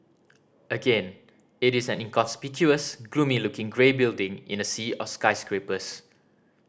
again it is an inconspicuous gloomy looking grey building in a sea of skyscrapers